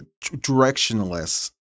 directionless